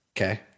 Okay